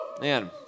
Man